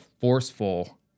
forceful